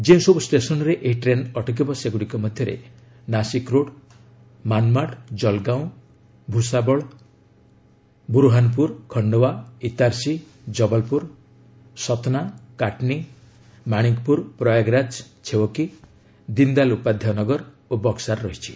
ଯେଉଁସବୁ ଷ୍ଟେସନ୍ରେ ଏହି ଟ୍ରେନ୍ ଅଟକିବ ସେଗୁଡ଼ିକ ମଧ୍ୟରେ ନାଶିକ୍ ରୋଡ୍ ମାନ୍ମାଡ୍ ଜଲଗାଓଁ ଭୂଷାବଳ ଦୁରହାନ୍ପୁର ଖଣ୍ଡୱା ଇତାର୍ସି ଜବଲପୁର ସତ୍ନା କାଟନୀ ମାଶିକପୁର ପ୍ରୟାଗରାଜ ଛେଓକି ଦିନ୍ଦୟାଲ୍ ଉପାଧ୍ଧାୟ ନଗର ଓ ବକ୍ନାର ରହିଛି